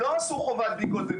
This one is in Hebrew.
שלא עשו חובת בדיקות,